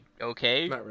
okay